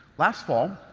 last fall,